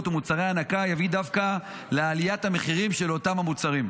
ומוצרי הנקה תביא דווקא לעליית המחירים של אותם המוצרים.